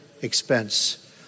expense